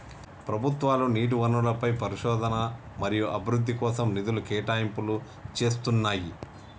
ప్రభుత్వాలు నీటి వనరులపై పరిశోధన మరియు అభివృద్ధి కోసం నిధుల కేటాయింపులు చేస్తున్నయ్యి